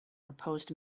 proposed